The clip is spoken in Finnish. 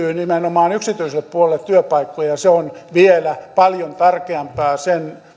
nimenomaan yksityiselle puolelle työpaikkoja se on vielä paljon tärkeämpää sen